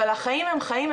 אבל החיים הם חיים,